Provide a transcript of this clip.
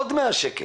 עוד 100 שקלים.